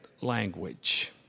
language